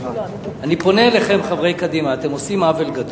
אני פונה אליכם, חברי קדימה: אתם עושים עוול גדול.